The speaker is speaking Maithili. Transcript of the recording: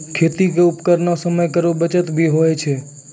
खेती क उपकरण सें समय केरो बचत भी होय छै